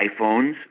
iPhones